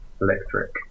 Electric